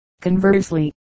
conversely